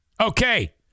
Okay